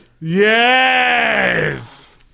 Yes